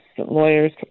lawyers